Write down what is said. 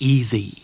Easy